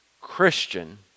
Christian